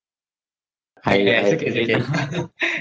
yeah it's okay it's okay